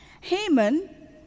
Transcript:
Haman